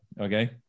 Okay